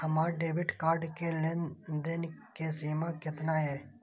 हमार debit card के लेन देन के सीमा केतना ये?